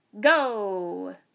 Go